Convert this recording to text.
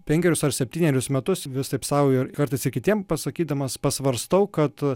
penkerius ar septynerius metus vis taip sau ir kartais ir kities pasakydamas pasvarstau kad